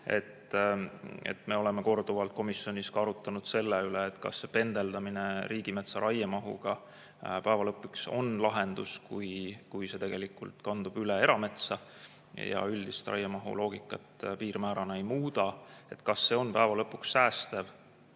Me oleme korduvalt komisjonis arutanud selle üle, kas see pendeldamine riigimetsa raiemahuga lõpuks on lahendus, kui see tegelikult kandub üle erametsa ja üldist raiemahu loogikat piirmäärana ei muuda. Kas see on ikka lõpuks säästev